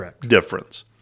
difference